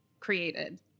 created